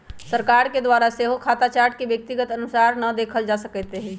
सरकार के द्वारा सेहो खता चार्ट के व्यक्तिगत अनुसारे न देखल जा सकैत हइ